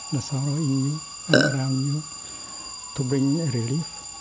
the sorrow in you and around you to bring you relief.